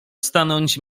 stanąć